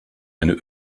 eine